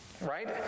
right